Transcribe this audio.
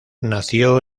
nació